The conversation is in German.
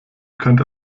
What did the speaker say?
könnte